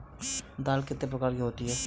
दाल कितने प्रकार की होती है?